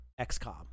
XCOM